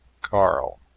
Carl